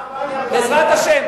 בעזרת השם.